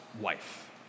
wife